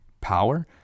Power